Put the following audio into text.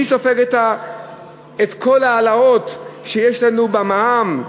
מי סופג את כל ההעלאות שיש לנו במע"מ?